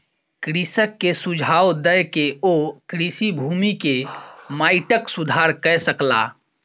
कृषक के सुझाव दय के ओ कृषि भूमि के माइटक सुधार कय सकला